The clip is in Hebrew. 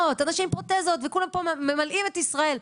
ואנשים עם פרוטזות וכולם פה ממלאים את ישראל.